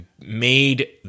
made